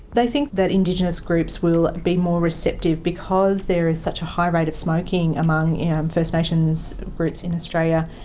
they think that indigenous groups will be more receptive because there is such a high rate of smoking among and first nations groups in australia.